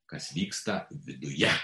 kas vyksta viduje